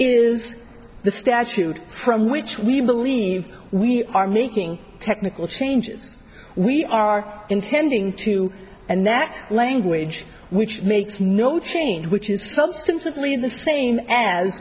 is the statute from which we believe we are making technical changes we are intending to and that language which makes no change which is something simply the same a